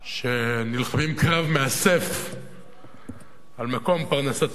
שנלחמים קרב מאסף על מקום פרנסתם,